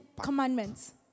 commandments